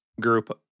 group